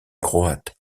croate